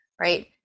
right